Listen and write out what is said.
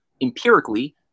empirically